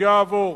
יעבור.